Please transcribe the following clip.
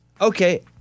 Okay